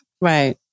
Right